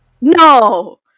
No